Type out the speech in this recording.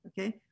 okay